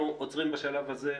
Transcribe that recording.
אנחנו עוצרים בשלב הזה.